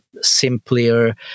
simpler